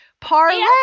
Parlay